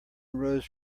rose